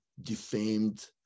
defamed